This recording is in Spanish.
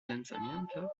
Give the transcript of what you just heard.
lanzamiento